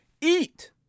Eat